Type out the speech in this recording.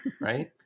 Right